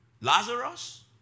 Lazarus